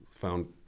found